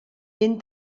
ben